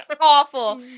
awful